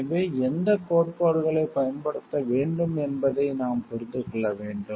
எனவே எந்தக் கோட்பாடுகளைப் பயன்படுத்த வேண்டும் என்பதை நாம் புரிந்து கொள்ள வேண்டும்